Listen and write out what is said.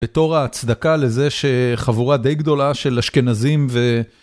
בתור ההצדקה לזה שחבורה די גדולה של אשכנזים ו...